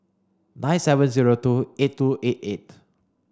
nine seven zero two eight two eight eight